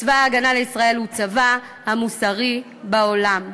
צבא הגנה לישראל הוא הצבא המוסרי בעולם.